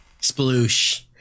Sploosh